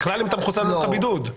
אם אתה מחוסן אין לך בידוד.